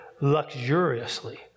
luxuriously